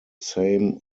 same